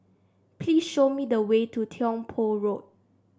please show me the way to Tiong Poh Road